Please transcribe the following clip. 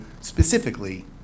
specifically